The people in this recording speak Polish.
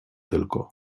tylko